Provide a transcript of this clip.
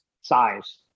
size